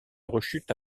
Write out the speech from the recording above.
rechute